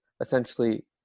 essentially